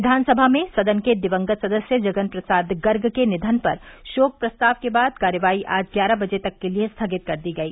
विघानसभा में सदन के दिवंगत सदस्य जगन प्रसाद गर्ग के निधन पर शोक प्रस्ताव के बाद कार्यवाही आज ग्यारह बजे तक के लिये स्थगित कर दी गई